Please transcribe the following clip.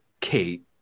Kate